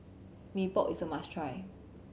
Mee Pok is a must try